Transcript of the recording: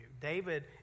David